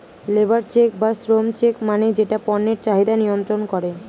labour check বা শ্রম check মানে যেটা পণ্যের চাহিদা নিয়ন্ত্রন করে